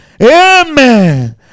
Amen